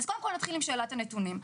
נתחיל בשאלת הנתונים.